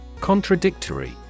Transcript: Contradictory